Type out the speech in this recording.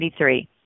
1993